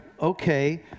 okay